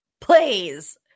please